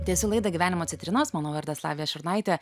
tęsiu laidą gyvenimo citrinos mano vardas lavija šurnaitė